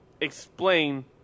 explain